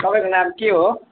तपाईँको नाम के हो